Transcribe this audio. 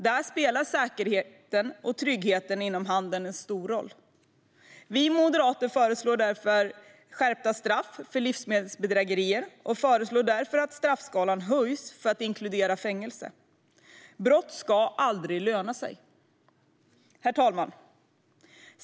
Där spelar säkerheten och tryggheten inom handeln en stor roll. Vi moderater föreslår därför skärpta straff för livsmedelsbedrägerier och att straffskalan höjs till att inkludera fängelse. Brott ska aldrig löna sig. Herr talman!